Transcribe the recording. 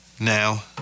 Now